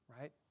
right